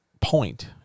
point